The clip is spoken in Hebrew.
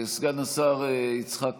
סגן השר יצחק כהן,